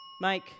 Mike